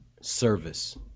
service